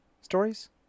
stories